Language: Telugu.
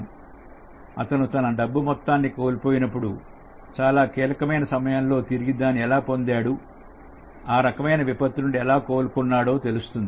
అతను తన డబ్బు మొత్తాన్ని కోల్పోయినప్పుడు చాలా కీలకమైన సమయంలో తిరిగి దానిని ఎలా పొందాడు ఆ రకమైన విపత్తు నుండి ఎలా కోలుకున్నాడు తెలుస్తుంది